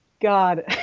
god